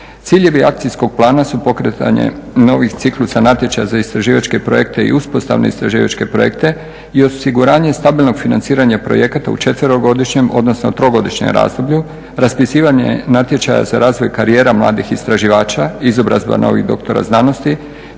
Ciljevi Akcijskog plana su pokretanje novih ciklusa natječaja za istraživačke projekte i uspostavne istraživačke projekte i osiguranje stabilnog financiranja projekata u četverogodišnjem odnosno trogodišnjem razdoblju, raspisivanje natječaja za razvoj karijera mladih istraživača, izobrazba novih doktora znanosti